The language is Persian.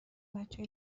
بچه